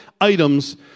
items